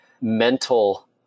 mental